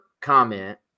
comment